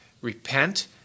repent